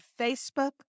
Facebook